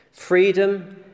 Freedom